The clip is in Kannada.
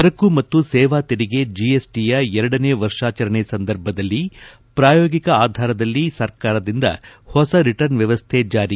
ಸರಕು ಮತ್ತು ಸೇವಾ ತೆರಿಗೆ ಜಿಎಸ್ಟಿಯ ಎರಡನೇ ವರ್ಷಾಚರಣೆ ಸಂದರ್ಭದಲ್ಲಿ ಪ್ರಾಯೋಗಿಕ ಆಧಾರದಲ್ಲಿ ಸರ್ಕಾರದಿಂದ ಹೊಸ ರಿಟರ್ನ್ ವ್ಲವಸ್ಥೆ ಜಾರಿಗೆ ಚಿಂತನೆ